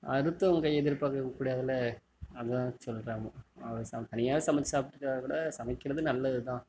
அடுத்தவங்க கையை எதிர்பாக்கக் கூடாதில்ல அதான் சொல்கிறாங்க அது தனியாகவே சமைத்து சாப்புடுறது கூட சமைக்கிறது நல்லது தான்